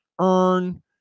earn